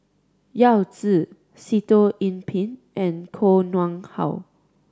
Yao Zi Sitoh Yih Pin and Koh Nguang How